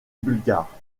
bulgare